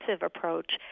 approach